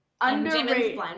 underrated